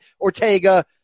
Ortega